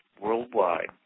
worldwide